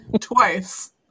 Twice